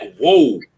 Whoa